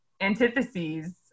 antitheses